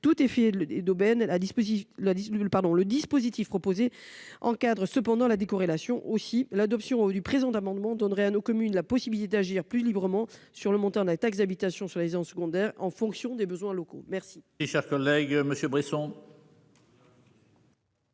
le 19 le pardon le dispositif proposé encadre cependant la décorrélation aussi l'adoption du présent d'amendement donnerait à nos communes la possibilité d'agir plus librement sur le montant de la taxe d'habitation soi-disant secondaire en fonction des besoins locaux. Merci.